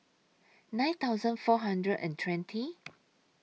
nine thousand four hundred and twenty